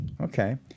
Okay